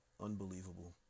unbelievable